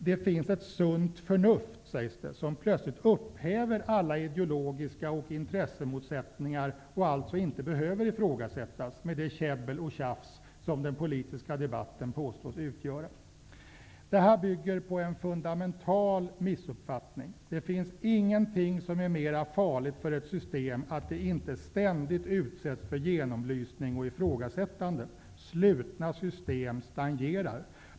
Det finns ett sunt förnuft, sägs det, som plötsligt upphäver alla ideologiska motsättningar och intressemotsättningar och alltså inte behöver ifrågasättas med det käbbel och tjafs som den politiska debatten påstås utgöra. Det här bygger på en fundamental missuppfattning. Det finns ingenting som är mer farligt för ett system än att det inte ständigt utsätts för genomlysning och ifrågasättande. Slutna system stagnerar.